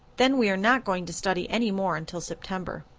then we are not going to study any more until september.